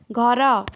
ଘର